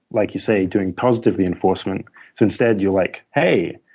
like you say, doing positive reinforcement, so instead, you're like, hey.